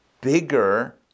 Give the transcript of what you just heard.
bigger